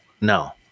No